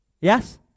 Yes